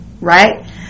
right